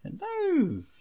No